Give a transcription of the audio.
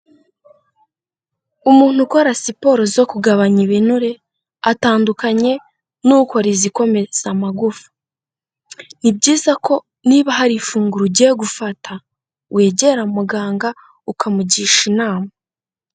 Umuntu ukora siporo zo kugabanya ibinure atandukanye n'ukora izikomeza amagufa. Ni byiza ko niba hari ifunguro ugiye gufata, wegera muganga ukamugisha inama.